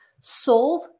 solve